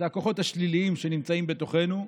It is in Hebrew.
זה הכוחות השליליים שנמצאים בתוכנו,